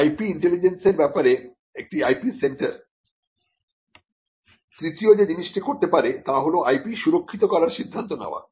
IP intelligence এর ব্যাপারে একটা IP সেন্টার তৃতীয় যে জিনিসটি করতে পারে তা হল IP সুরক্ষিত করার সিদ্ধান্ত নেওয়া